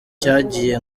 cyagiye